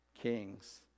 kings